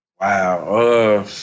Wow